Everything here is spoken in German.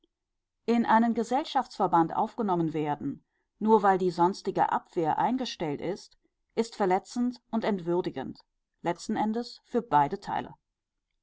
in einen gesellschaftsverband aufgenommen werden nur weil die sonstige abwehr eingestellt ist ist verletzend und entwürdigend letzten endes für beide teile